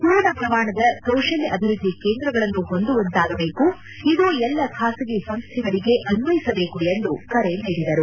ಪೂರ್ಣ ಪ್ರಮಾಣದ ಕೌಶಲ್ತ ಅಭಿವೃದ್ದಿ ಕೇಂದ್ರಗಳನ್ನು ಹೊಂದುವಂತಾಗಬೇಕು ಇದು ಎಲ್ಲ ಖಾಸಗಿ ಸಂಸ್ಟೆಗಳಿಗೆ ಅನ್ವಯಿಸಬೇಕು ಎಂದು ಕರೆ ನೀಡಿದರು